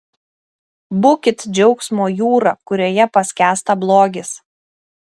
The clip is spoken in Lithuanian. būkit džiaugsmo jūra kurioje paskęsta blogis